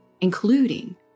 including